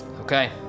Okay